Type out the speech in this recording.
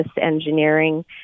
Engineering